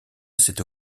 cette